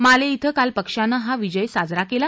माले इथें काल पक्षानं हा विजया साजरा केला